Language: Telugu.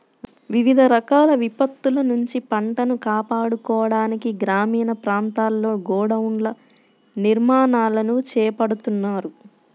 వివిధ రకాల విపత్తుల నుంచి పంటను కాపాడుకోవడానికి గ్రామీణ ప్రాంతాల్లో గోడౌన్ల నిర్మాణాలను చేపడుతున్నారు